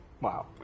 wow